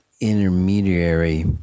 intermediary